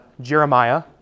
Jeremiah